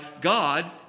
God